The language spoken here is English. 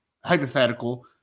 hypothetical